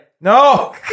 No